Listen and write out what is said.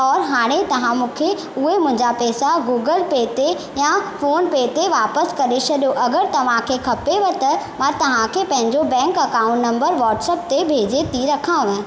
और हाणे तव्हां मूंखे उहे मुंहिंजा पैसा गूगल पे ते या फोनपे ते वापसि करे छॾियो अगरि तव्हांखे खपेव त मां तव्हांखे पंहिंजो बैंक अकाउंट नंबर व्हटस्प ते भेजे थी रखांव